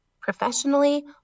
professionally